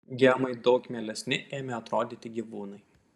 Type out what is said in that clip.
gemai daug mielesni ėmė atrodyti gyvūnai